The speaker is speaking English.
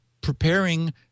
preparing